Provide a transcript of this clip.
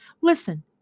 Listen